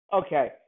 okay